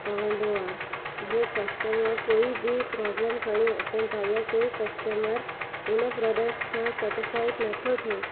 पवंदो आहे जीअं कस्टमर कोई बि प्रॉब्लम खणी अचनि था या कोई कस्टमर हुन प्रॉडक्ट्स सां सेटीफाइड नथो थिए